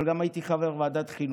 אבל הייתי חבר גם בוועדת החינוך,